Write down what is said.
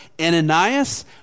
Ananias